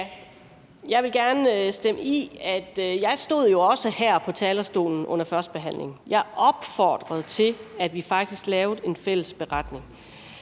jeg gerne istemme, for jeg stod jo også her på talerstolen under førstebehandlingen, hvor jeg opfordrede til, at vi faktisk lavede en fælles beretning.